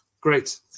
great